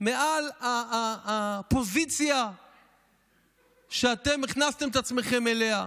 מעל הפוזיציה שאתם הכנסתם את עצמכם אליה,